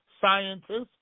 scientists